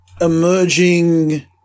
emerging